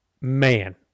Man